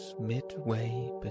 midway